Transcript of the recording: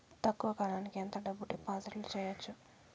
తక్కువ కాలానికి ఎంత డబ్బును డిపాజిట్లు చేయొచ్చు?